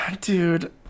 Dude